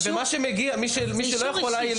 מי שלא יכולה,